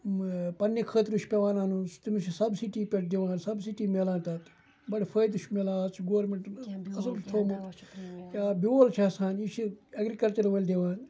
پنٛنہِ خٲطرٕ چھِ پٮ۪وان اَنُن تٔمِس چھِ سَبسِٹی پٮ۪ٹھ دِوان سَبسِٹی مِلان تَتھ بَڑٕ فٲیدٕ چھُ مِلان اَز چھِ گورمٮ۪نٛٹَن اَصٕل تھوٚومُت یا بیول چھِ آسان یہِ چھِ اٮ۪گرِکَلچَر وٲلۍ دِوان